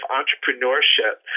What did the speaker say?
entrepreneurship